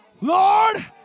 Lord